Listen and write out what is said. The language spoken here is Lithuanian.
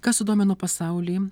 kas sudomino pasaulį